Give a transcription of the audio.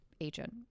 agent